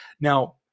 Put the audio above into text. Now